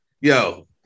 yo